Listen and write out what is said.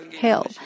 hell